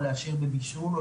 בישול,